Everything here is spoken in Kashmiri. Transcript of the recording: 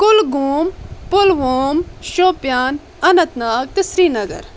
گُلگوم پُلووم شوپیان اننت ناگ تہٕ سرینگر